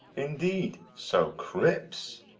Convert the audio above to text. indeed, so crips?